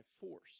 force